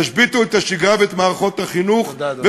ישביתו את השגרה ואת מערכות החינוך, תודה, אדוני.